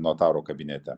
notaro kabinete